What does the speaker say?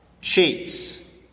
cheats